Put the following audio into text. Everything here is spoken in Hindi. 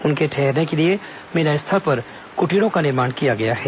उनके ठहरने के लिए मेला स्थल पर कुटीरों का निर्माण किया गया है